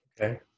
okay